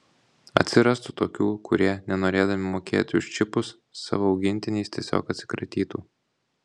atsirastų tokių kurie nenorėdami mokėti už čipus savo augintiniais tiesiog atsikratytų